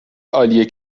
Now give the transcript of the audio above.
عالیه